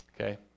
Okay